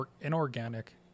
inorganic